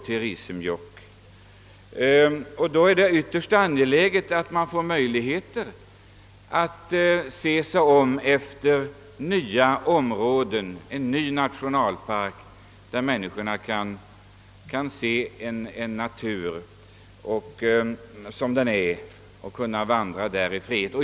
Därför är det mycket angeläget att man avsätter en ny nationalpark där människor kan få se en orörd natur och vandra i fred.